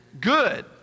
good